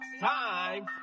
time